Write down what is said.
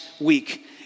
week